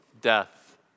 death